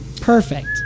perfect